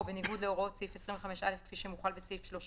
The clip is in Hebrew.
או בניגוד להוראות סעיף 25(א) כפי שמוחל בסעיף 30,